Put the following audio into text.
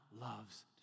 loves